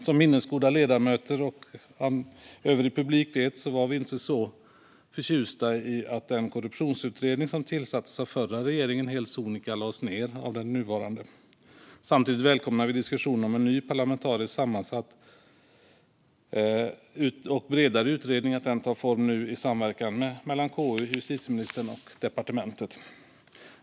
Som minnesgoda ledamöter och övrig publik vet var vi inte så förtjusta i att den korruptionsutredning som tillsattes av den förra regeringen helt sonika lades ned av den nuvarande. Samtidigt välkomnar vi att diskussionerna om en ny, parlamentariskt sammansatt och bredare utredning nu tar form i samverkan mellan KU och justitieministern och departementet.